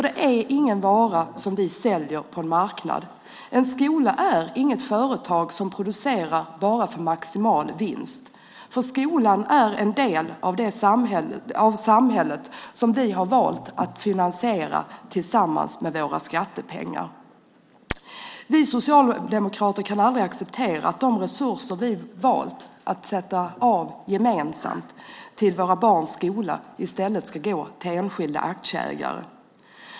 Det är ingen vara som vi säljer på en marknad. En skola är inget företag som producerar bara för maximal vinst. Skolan är en del av samhället som vi har valt att finansiera tillsammans via våra skattepengar. Vi socialdemokrater kan aldrig acceptera att de resurser vi valt att sätta av gemensamt till våra barns skola i stället ska gå till enskilda aktieägare.